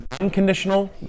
unconditional